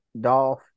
Dolph